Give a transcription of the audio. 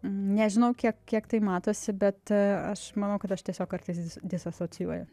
nežinau kiek kiek tai matosi bet aš manau kad aš tiesiog kartais dis disasocijuoju